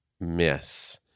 miss